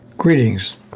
Greetings